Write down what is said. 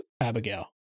Abigail